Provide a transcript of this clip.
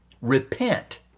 Repent